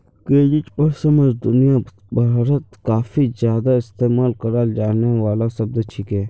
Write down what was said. credit परामर्श दुनिया भरत काफी ज्यादा इस्तेमाल कराल जाने वाला शब्द छिके